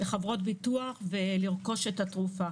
לחברות ביטוח לרכוש את התרופה.